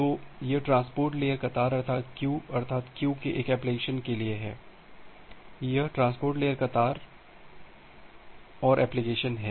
तो यह transport layer कतार अर्थात क्यू अर्थात क्यू एक एप्लीकेशन के लिए है यह ट्रांसपोर्ट लेयर कतार अर्थात क्यू एक और एप्लीकेशन है